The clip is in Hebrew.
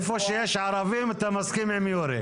איפה שיש ערבים אתה מסכים עם יורי.